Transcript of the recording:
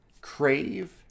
crave